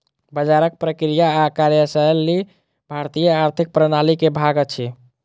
बजारक प्रक्रिया आ कार्यशैली भारतीय आर्थिक प्रणाली के भाग अछि